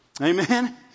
Amen